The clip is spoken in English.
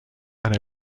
and